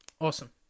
Awesome